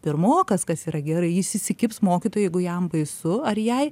pirmokas kas yra gerai jis įsikibs mokytojai jeigu jam baisu ar jai